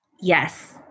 Yes